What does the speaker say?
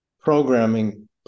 programming